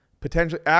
potentially